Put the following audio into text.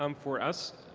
um for us,